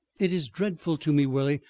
it is dreadful to me, willie,